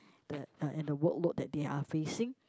that uh and the workload that they are facing